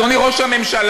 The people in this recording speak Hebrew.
אדוני ראש הממשלה,